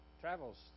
travels